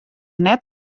net